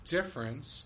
Difference